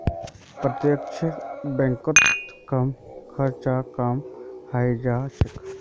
प्रत्यक्ष बैंकत कम खर्चत काम हइ जा छेक